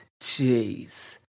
Jeez